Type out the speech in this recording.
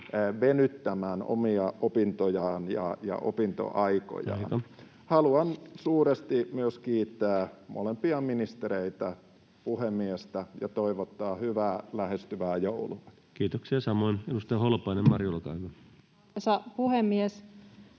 venyttämään omia opintojaan ja opintoaikojaan. [Puhemies: Aika!] Haluan suuresti myös kiittää molempia ministereitä ja puhemiestä ja toivottaa hyvää lähestyvää joulua. Kiitoksia samoin! — Edustaja Holopainen, Mari, olkaa hyvä.